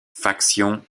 factions